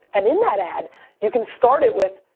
and in that ad you can start it with,